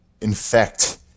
infect